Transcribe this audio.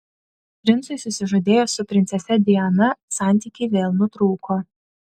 princui susižadėjus su princese diana santykiai vėl nutrūko